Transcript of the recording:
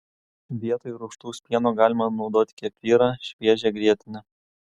vietoj rūgštaus pieno galima naudoti kefyrą šviežią grietinę